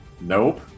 Nope